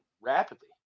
rapidly